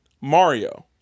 Mario